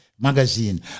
magazine